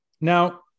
Now